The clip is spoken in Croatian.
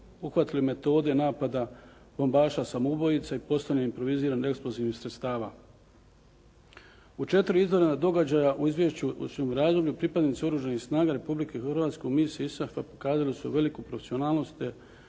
uhvatili metode napada bombaša samoubojica i postavljanjem improviziranih eksplozivnih sredstava. U 4 iznenadna događaja u izvješću u tom razdoblju pripadnici Oružanih snaga Republike Hrvatske u misiji ISAF-a pokazali su veliku profesionalnost